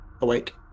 Awake